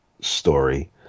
story